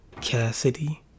Cassidy